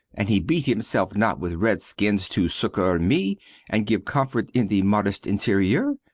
and he beat himself not with red-skins, to succour me and give comfort in the modest interior.